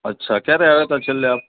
અચ્છા ક્યારે આવ્યા હતા છેલ્લે આપ